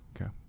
Okay